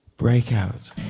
Breakout